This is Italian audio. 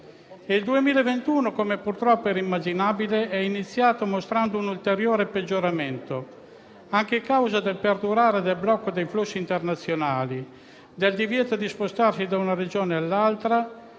Il 2021, come purtroppo era immaginabile, è iniziato mostrando un ulteriore peggioramento, anche a causa del perdurare del blocco dei flussi internazionali, del divieto di spostarsi da una Regione all'altra